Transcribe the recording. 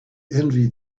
envy